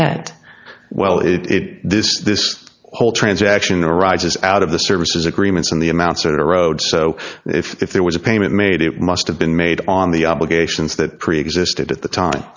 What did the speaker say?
debt well it it this this whole transaction arises out of the services agreements and the amounts are road so if there was a payment made it must have been made on the obligations that preexisted at the time